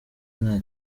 nta